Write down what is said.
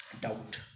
doubt